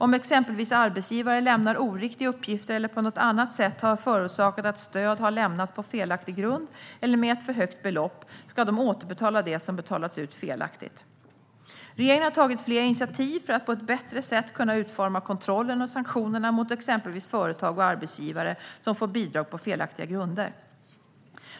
Om exempelvis arbetsgivare lämnar oriktiga uppgifter eller på något annat sätt har förorsakat att stöd har lämnats på felaktig grund eller med ett för högt belopp ska de återbetala det som betalats ut felaktigt. Regeringen har tagit flera initiativ för att på ett bättre sätt kunna utforma kontrollen och sanktionerna mot exempelvis företag och arbetsgivare som får bidrag på felaktiga grunder.